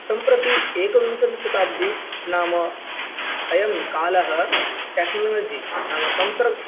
सम्प्रति एकविंशतिः शताब्दीः नाम अयं कालः टेक्नालाजी नाम तन्त्र